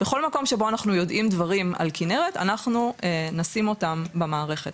בכל מקום שבו אנחנו יודעים דברים על כנרת אנחנו נשים את זה במערכת,